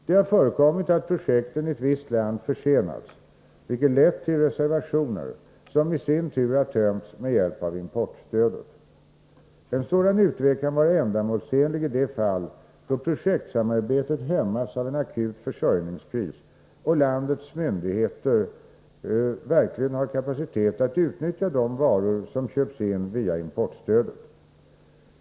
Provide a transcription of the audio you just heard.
Det har förekommit att projekten i ett visst land försenats, vilket lett till reservationer som i sin tur har tömts med hjälp av importstödet. En sådan utväg kan vara ändamålsenlig i de fall då projektsamarbetet hämmas av en akut försörjningskris och landets myndigheter verkligen har kapacitet att utnyttja de varor som köps in via importstödet.